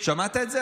שמעת את זה,